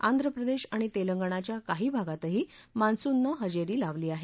आंध्र प्रदेश आणि तेलंगणाच्या काही भागातही मान्सूननं हजेरी लावली आहे